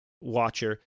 Watcher